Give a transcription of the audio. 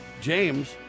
James